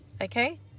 Okay